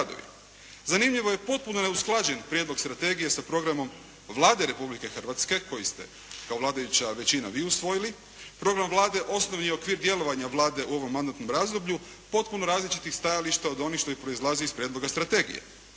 Zanimljivo je potpuno neusklađen prijedlog strategije sa programom Vlade Republike Hrvatske koji ste kao vladajuća većina vi usvojili. Program Vlade osnovni je okvir djelovanja Vlade u ovom mandatnom razdoblju potpuno različitih stajališta od onih što proizlazi iz prijedloga strategije.